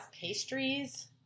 pastries